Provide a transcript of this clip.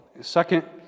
second